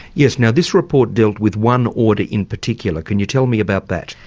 yes. now this report dealt with one order in particular. can you tell me about that?